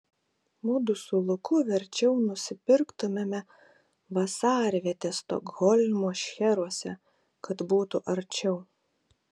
mudu su luku verčiau nusipirktumėme vasarvietę stokholmo šcheruose kad būtų arčiau